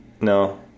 no